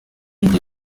ibyo